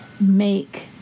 make